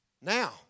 Now